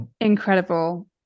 incredible